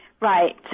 Right